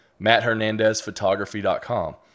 matthernandezphotography.com